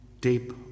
deep